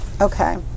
Okay